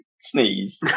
sneeze